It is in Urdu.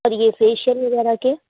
اور یہ فیشیل وغیرہ کے